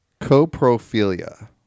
coprophilia